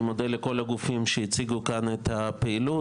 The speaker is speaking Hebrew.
אני מודה לכל הגופים שהציגו כאן את הפעילות.